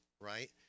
right